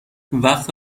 وقت